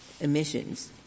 emissions